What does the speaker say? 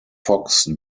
fox